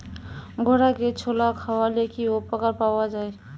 ঘোড়াকে ছোলা খাওয়ালে কি উপকার পাওয়া যায়?